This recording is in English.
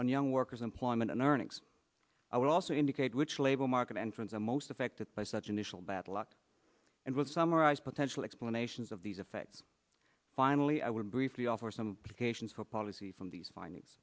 on young workers employment and earnings i would also indicate which labor market entrants are most affected by such initial bad luck and will summarize potential explanations of these effects finally i would briefly offer some occasions for policy from these findings